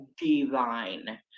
divine